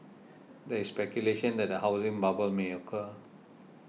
there is speculation that a housing bubble may occur